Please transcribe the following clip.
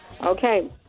Okay